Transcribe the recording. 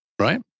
Right